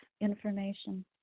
information